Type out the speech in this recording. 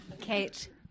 Kate